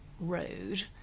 road